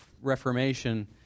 Reformation